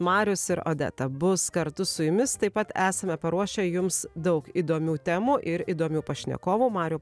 marius ir odeta bus kartu su jumis taip pat esame paruošę jums daug įdomių temų ir įdomių pašnekovų mariau